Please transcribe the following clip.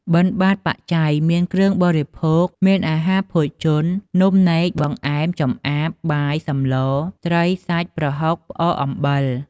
បិណ្ឌបាត្របច្ច័យ មានគ្រឿងបរិភោគ មានអាហារភោជន នំនែក បង្អែម ចំអាប បាយ សម្ល ត្រី សាច់ ប្រហុក ផ្អក អំបិល។